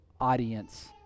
audience